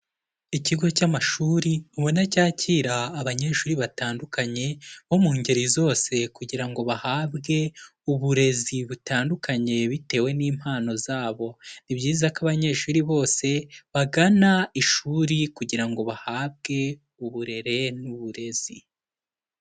Ikigo cy'amashuri ubona cyakira abanyeshuri batandukanye bo mu ngeri zose kugira ngo bahabwe uburezi butandukanye bitewe n'impano zabo, ni byiza ko abanyeshuri bose bagana ishuri kugira ngo bahabwe uburere n'uburezi.